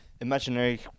imaginary